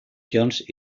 jones